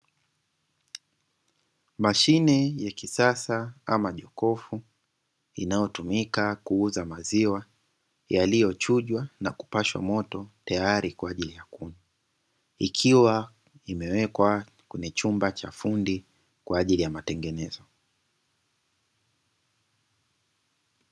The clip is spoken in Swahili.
Mashine ya kisasa ama jokofu, linalo tumika kuuza maziwa yaliyo chujwa na kupashwa moto tayari kwa ajili ya kunywa. Ikiwa imewekwa kwenye chumba cha fundi, kwa ajili ya matengenezo.